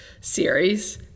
series